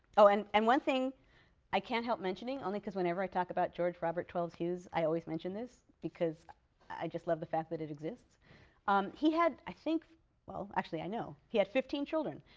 oh and and one thing i can't help mentioning, only because whenever i talk about george robert twelves hughes i always mention this, because i just love the fact that it exists um he had, i think well, actually i know, he had fifteen children.